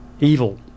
evil